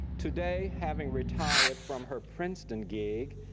today, having retired from her princeton gig,